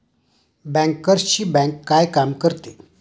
बँकर्सची बँक काय काम करते?